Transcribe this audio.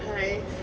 !hais!